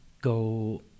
go